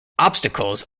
obstacles